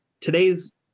today's